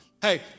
Hey